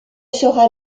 sera